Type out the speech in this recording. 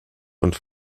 und